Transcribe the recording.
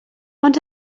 ond